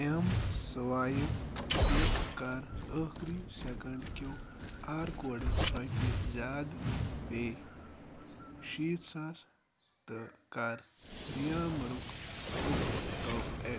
M swipe پٮ۪ٹھ کَر ٲخٕری سکینڈ کٮ۪و آر کوڈَس رۄپیہِ زیٛادٕ پےٚ شیٖتھ ساس تہٕ کَر رِیامَرُک ٹوٚپ ٹاپ اٮ۪ڈ